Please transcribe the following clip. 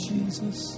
Jesus